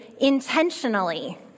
intentionally